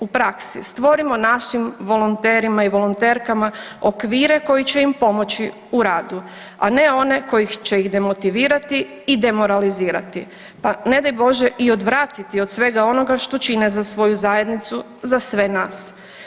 U praski stvorimo našim volonterima i volonterkama okvire koji će im pomoći u radu, a ne one koji će ih demotivirati i demoralizirati, pa ne daj Bože i odvratiti od svega onoga što čine za svoju zajednicu, za sve nas.